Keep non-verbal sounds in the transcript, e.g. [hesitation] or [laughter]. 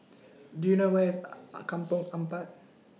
Do YOU know Where IS [hesitation] Kampong Ampat